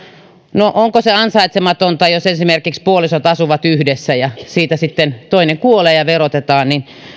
no onko se ansaitsematonta jos esimerkiksi puolisot asuvat yhdessä ja siitä sitten toinen kuolee ja verotetaan